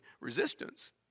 resistance